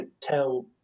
tell